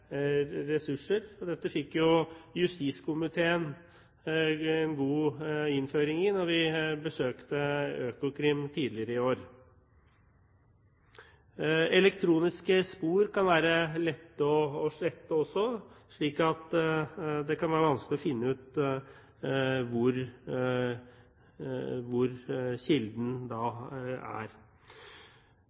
ressurser. Dette fikk justiskomiteen god innføring i da vi besøkte Økokrim tidligere i år. Elektroniske spor kan også være lette å slette, slik at det kan være vanskelig å finne ut hvor kilden er.